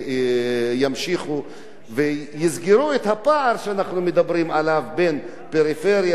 ויסגרו את הפער שאנחנו מדברים עליו בין הפריפריה לבין המרכז.